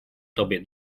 tobie